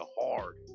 hard